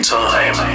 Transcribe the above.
time